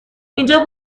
اینجا